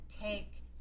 take